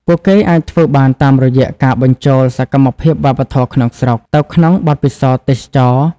ពួកគេអាចធ្វើបានតាមរយៈការបញ្ចូល សកម្មភាពវប្បធម៌ក្នុងស្រុក ទៅក្នុងបទពិសោធន៍ទេសចរណ៍។